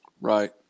Right